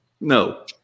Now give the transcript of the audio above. No